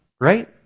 Right